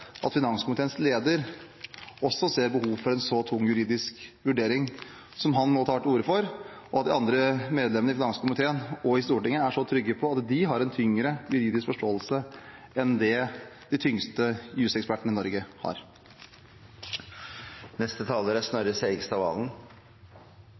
også finanskomiteens leder ser behov for en så tung juridisk vurdering som den han nå tar til orde for, og at de andre medlemmene i finanskomiteen og i Stortinget er så trygge på at de har en tyngre juridisk forståelse enn det de tyngste jusekspertene i Norge har. Jeg er